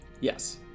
Yes